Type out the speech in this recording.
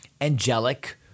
angelic